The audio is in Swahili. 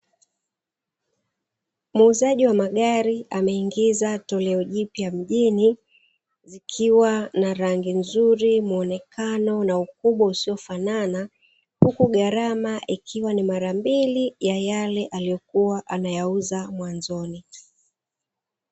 Muuzaji wa magari ameingiza toleo jipya mjini zikiwa na rangi nzuri, muonekano na ukubwa usiofanana huku gharama ikiwa ni mara mbili, ya yale aliyokua anayauza mwanzoni.